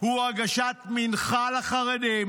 היא הגשת מנחה לחרדים